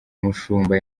mushumba